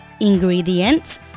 ingredients